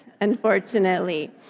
unfortunately